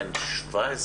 בן 17,